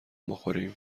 بخوریم